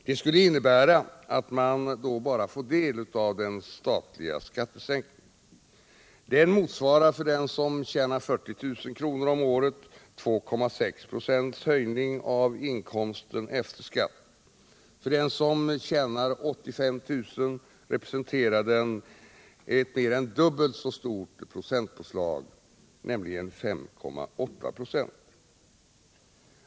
Det skulle innebära att man då bara får del av den statliga skattesänkningen. Den motsvarar för den som tjänar 40 000 kr. om året 2,6 96 höjning av inkomsten efter skatt. För den som tjänar 85 000 kr. representerar den ett mer än dubbelt så stort procentpåslag, nämligen 5,8 96.